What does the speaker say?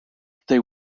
they